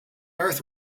earth